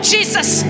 Jesus